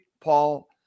Paul